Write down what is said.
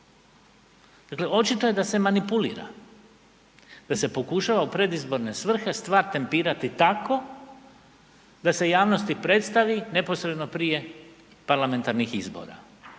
Dakle, očito je da se manipulira, da se pokušava u predizborne svrhe stvar tempirati tako da se javnosti predstavi neposredno prije parlamentarnih izbora.